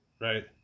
right